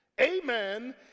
Amen